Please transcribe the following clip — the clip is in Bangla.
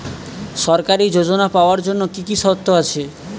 সরকারী যোজনা পাওয়ার জন্য কি কি শর্ত আছে?